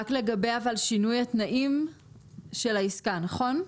רק לגבי שינוי התנאים של העסקה, נכון?